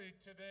today